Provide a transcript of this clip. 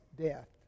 death